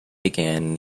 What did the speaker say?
began